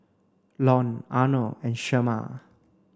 Lon Arnold and Shemar